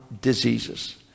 diseases